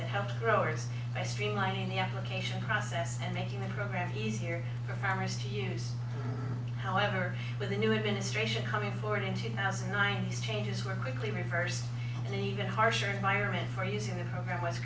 that helped growers by streamlining the application process and making the program easier for farmers to use however with the new administration coming forward in two thousand and nine these changes were quickly reversed and an even harsher environment for using the program was